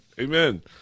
Amen